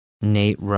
Nate